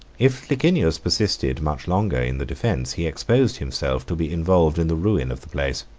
if licinius persisted much longer in the defence, he exposed himself to be involved in the ruin of the place.